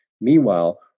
Meanwhile